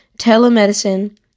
telemedicine